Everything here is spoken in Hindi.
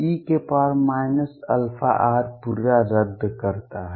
e αr पूरा रद्द करता है